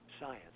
science